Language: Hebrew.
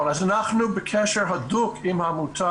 אז אנחנו בקשר הדוק עם העמותה,